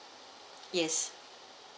yes